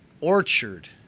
orchard